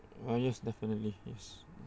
uh yes definitely yes